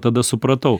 tada supratau